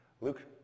Luke